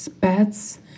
pets